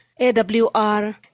AWR